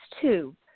two